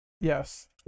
yes